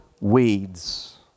Weeds